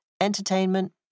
entertainment